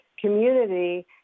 community